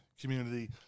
community